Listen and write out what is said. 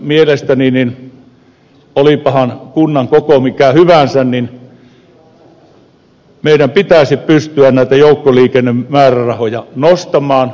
mielestäni olipahan kunnan koko mikä hyvänsä meidän pitäisi pystyä näitä joukkoliikennemäärärahoja nostamaan